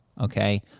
Okay